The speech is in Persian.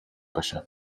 باشن